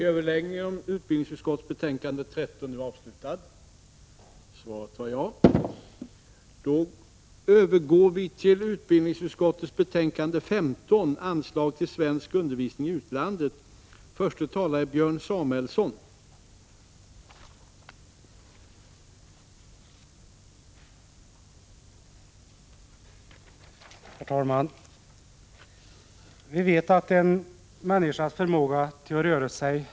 Kammaren övergår nu till att debattera utbildningsutskottets betänkande 15 om anslag till svensk undervisning i utlandet, m.m. I fråga om detta betänkande hålls gemensam överläggning för samtliga punkter.